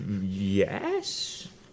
Yes